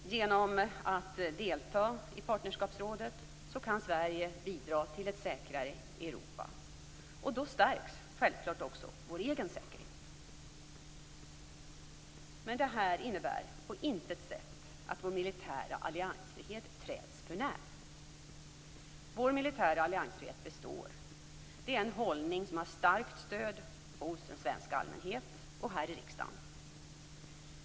Genom att delta i Partnerskapsrådet kan Sverige bidra till ett säkrare Europa. Då stärks självklart också vår egen säkerhet. Men det här innebär på intet sätt att vår militära alliansfrihet träds förnär. Vår militära alliansfrihet består. Det är en hållning som har starkt stöd hos en svensk allmänhet och här i riksdagen.